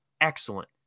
excellent